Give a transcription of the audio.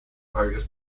various